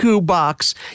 box